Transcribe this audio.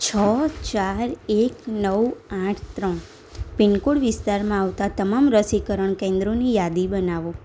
છ ચાર એક નવ આઠ ત્રણ પીનકોડ વિસ્તારમાં આવતાં તમામ રસીકરણ કેન્દ્રોની યાદી બનાવો